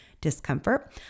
discomfort